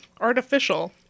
Artificial